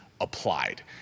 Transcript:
applied